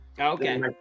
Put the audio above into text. okay